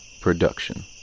Production